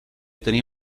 tenir